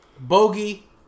Bogey